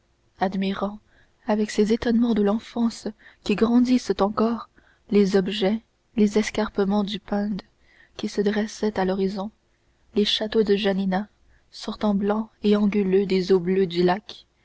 admirant avec ces étonnements de l'enfance qui grandissent encore les objets les escarpements du pinde qui se dressait à l'horizon les châteaux de janina sortant blancs et anguleux des eaux bleues du lac